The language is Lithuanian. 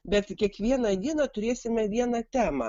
bet kiekvieną dieną turėsime vieną temą